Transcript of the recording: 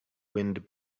wind